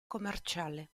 commerciale